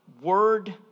Word